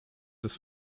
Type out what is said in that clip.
des